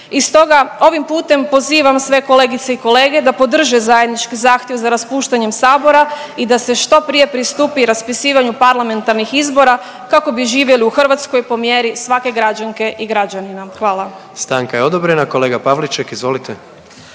I stoga ovim putem pozivam sve kolegice i kolege da podrže zajednički zahtjev za raspuštanjem sabora i da se što prije pristupi raspisivanju parlamentarnih izbora kako bi živjeli u Hrvatskoj po mjeri svake građanke i građanina, hvala. **Jandroković, Gordan (HDZ)** Stanka je odobrena. Kolega Pavliček izvolite.